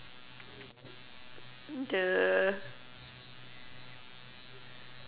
the